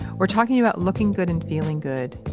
we're talking about looking good and feeling good.